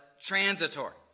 transitory